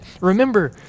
remember